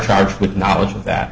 charged with knowledge of that